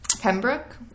Pembroke